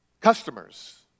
Customers